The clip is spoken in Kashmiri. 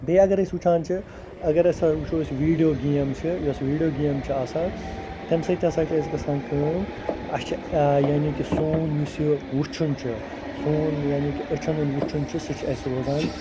بیٚیہِ اَگر أسۍ وٕچھان چھِ اَگر ہسا وٕچھو أسۍ ویڈیو گیم چھِ یۄس ویڈیو گیم چھِ آسان تَمہِ سۭتۍ ہسا چھِ اَسہِ گژھان کٲم اَسہِ چھِ یعنی کہِ سون یُس یہِ وٕچھُن چھِ سون یعنی کہِ أچھَن ہُنٛد وٕچھُن چھِ سُہ چھِ اَسہِ روزان